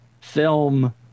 film